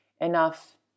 enough